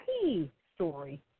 P-Story